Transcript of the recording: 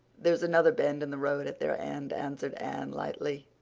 there's another bend in the road at their end, answered anne lightly.